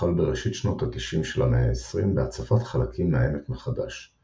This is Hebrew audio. הוחל בראשית שנות ה-90 של המאה ה-20 בהצפת חלקים מהעמק מחדש,